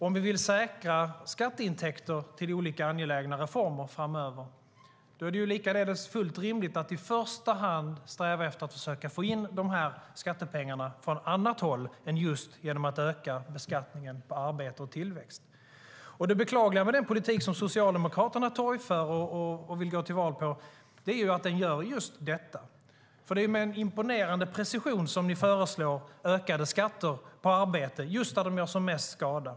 Om vi vill säkra skatteintäkter till olika angelägna reformer framöver är det likaledes fullt rimligt att i första hand sträva efter att försöka få in dessa skattepengar från annat håll än just genom att öka beskattningen på arbete och tillväxt. Det beklagliga med den politik som Socialdemokraterna torgför och vill gå till val på är att den gör just detta. Det är med en imponerande precision som ni föreslår ökade skatter på arbete just där de gör som mest skada.